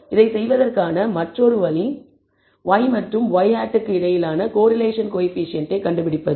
இதைச் செய்வதற்கான மற்றொரு வழி y மற்றும் ŷ க்கு இடையிலான கோரிலேஷன் கோயபிசியன்ட்டை கண்டுபிடிப்பது